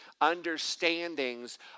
understandings